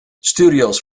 studios